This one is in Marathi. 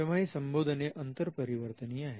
तेव्हा ही संबोधने अंतरपरिवर्तनीय आहेत